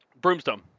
Broomstone